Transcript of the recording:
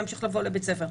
להמשיך לבוא לבית ספר,